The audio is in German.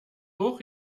hoch